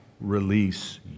release